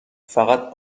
فقط